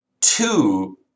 Two